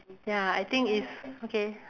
ya I think if okay